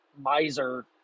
miser